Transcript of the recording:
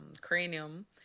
Cranium